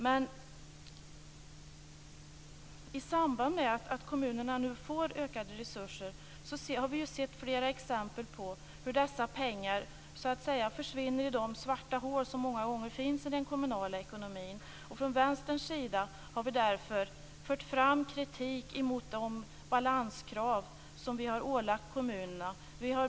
Men i samband med att kommunerna nu får ökade resurser har vi sett flera exempel på att dessa pengar försvinner i de "svarta hål" som många gånger finns i den kommunala ekonomin. Från Vänsterns sida har vi därför fört fram kritik mot de balanskrav som kommunerna har ålagts.